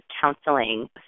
counseling